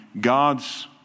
God's